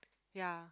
ya